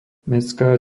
mestská